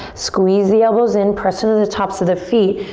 squeeze the elbows in, press into the tops of the feet.